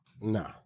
nah